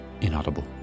inaudible